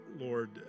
Lord